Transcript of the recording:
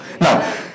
Now